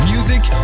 Music